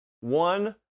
one